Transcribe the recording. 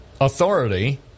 authority